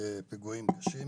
פיגועים קשים